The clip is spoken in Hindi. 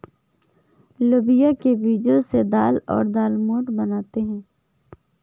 लोबिया के बीजो से दाल और दालमोट बनाते है